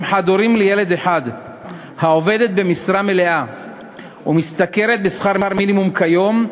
אם חד-הורית לילד אחד העובדת במשרה מלאה ומשתכרת שכר מינימום כיום,